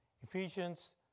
Ephesians